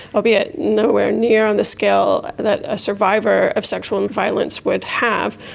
albeit nowhere near on the scale that a survivor of sexual and violence would have.